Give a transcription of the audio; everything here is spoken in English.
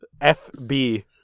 FB